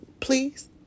Please